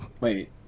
Wait